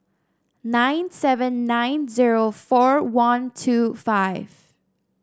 nine seven nine zero four one two five